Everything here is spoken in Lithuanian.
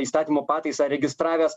įstatymo pataisą registravęs